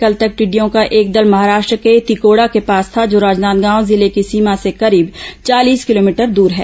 कल तक टिड़िडयों का एक दल महाराष्ट्र के तिकोड़ा के पास था जो राजनादगांव जिले की सीमा से करीब चालीस किलोमीटर दूर है